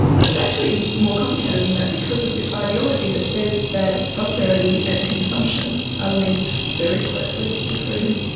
but it's actually more complicated than that because of this ideology that says that prosperity and consumption are linked very closely to freedom.